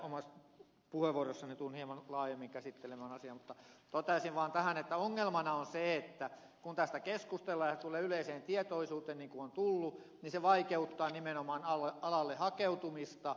omassa puheenvuorossani tulen hieman laajemmin käsittelemään asiaa mutta toteaisin vaan tähän että ongelmana on se että kun tästä keskustellaan ja se tulee yleiseen tietoisuuteen niin kuin on tullut niin se vaikeuttaa nimenomaan alalle hakeutumista